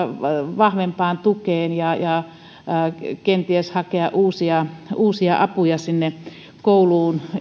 vahvempaan tukeen ja kenties hakea uusia uusia apuja sinne kouluun